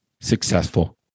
successful